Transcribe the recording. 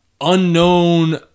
unknown